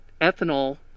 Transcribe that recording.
ethanol